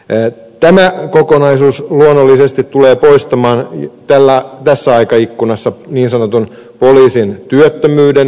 tämä kokonaisuus luonnollisesti tulee poistamaan tässä aikaikkunassa niin sanotun poliisin työttömyyden